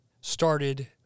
started